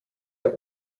ihr